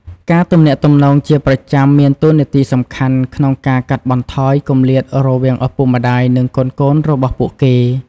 ការទំនាក់ទំនងជាប្រចាំមានតួនាទីសំខាន់ក្នុងការកាត់បន្ថយគម្លាតរវាងឪពុកម្ដាយ និងកូនៗពួកគេ។